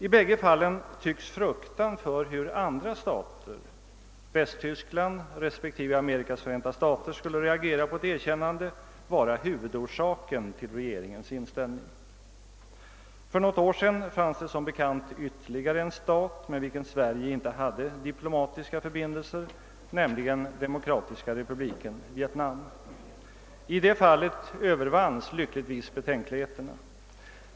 I bägge fallen tycks fruktan för hur andra stater — Västtyskland respektive Amerikas förenta stater — skulle reagera på ett erkännande vara huvudorsaken till rege ringens inställning. För något år sedan fanns det som bekant ytterligare en stat med vilken Sverige inte hade diplomatiska förbindelser, nämligen Demokratiska republiken Vietnam. I det fallet övervanns lyckligtvis betänkligheterna.